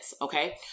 Okay